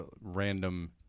random –